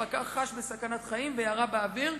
הפקח חש בסכנת חיים וירה באוויר.